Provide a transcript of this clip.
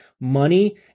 money